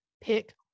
pick